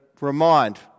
remind